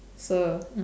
so